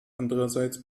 andererseits